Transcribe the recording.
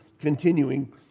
continuing